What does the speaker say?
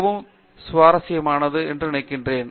மிகவும் கவனமானது என்று நினைக்கிறோம்